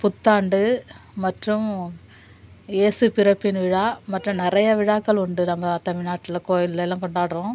புத்தாண்டு மற்றும் இயேசு பிறப்பின் விழா மற்றும் நிறைய விழாக்கள் உண்டு நம்ம தமிழ்நாட்டில் கோவில்ல எல்லாம் கொண்டாடுறோம்